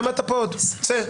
צא.